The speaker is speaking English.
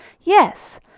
yes